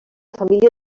família